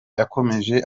yakomeje